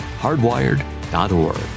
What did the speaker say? hardwired.org